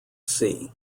sea